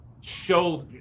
show